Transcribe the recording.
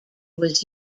was